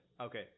Okay